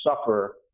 suffer